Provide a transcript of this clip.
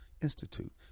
Institute